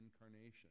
incarnation